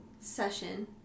session